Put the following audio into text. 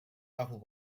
apple